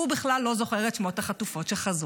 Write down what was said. הוא בכלל לא זוכר את שמות החטופות שחזרו.